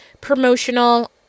promotional